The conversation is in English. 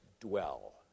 dwell